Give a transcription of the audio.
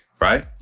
right